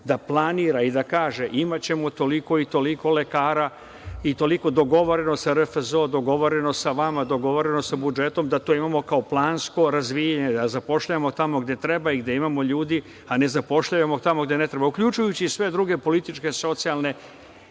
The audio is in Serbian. da planira i da kaže – imaćemo toliko i toliko lekara, dogovoreno sa RFZO, dogovoreno sa vama, dogovoreno sa budžetom, da to imamo kao plansko razvijanje, da zapošljavamo tamo gde treba i gde imamo ljudi, a ne zapošljavamo tamo gde ne treba, uključujući i sve druge političke, socijalne.Zašto